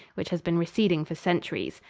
which has been receding for centuries.